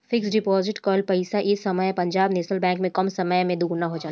fix deposit कअ पईसा ए समय पंजाब नेशनल बैंक में कम समय में दुगुना हो जाला